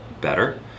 better